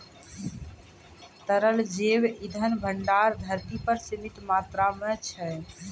तरल जैव इंधन भंडार धरती पर सीमित मात्रा म छै